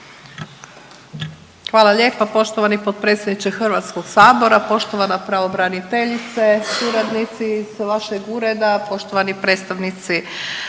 Hvala lijepa poštovani potpredsjedniče HS. Poštovana pravobraniteljice, suradnici iz vašeg ureda, poštovani predstavnici Vlade,